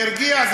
זה הרתיע?